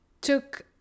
took